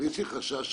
אבל יש לי חשש אחד,